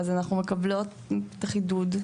אז אנחנו מקבלות את החידוד.